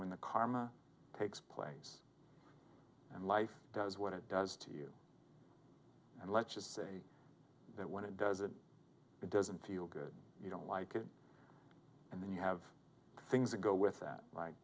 when the karma takes place and life does what it does to you and let's just say that when it does it doesn't feel good you don't like it and then you have things that go with that